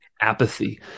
apathy